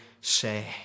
say